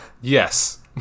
Yes